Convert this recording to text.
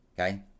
Okay